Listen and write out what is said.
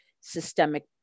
systemic